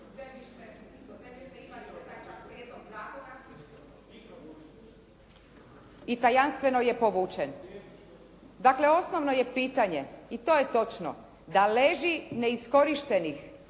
i tajanstveno je povučen. Dakle, osnovno je pitanje i to je točno da leži neiskorištenih, na